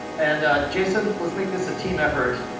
and jason, let's make this a team effort.